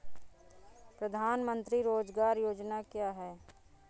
प्रधानमंत्री रोज़गार योजना क्या है?